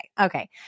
okay